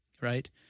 right